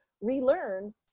relearn